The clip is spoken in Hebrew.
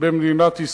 במדינת ישראל.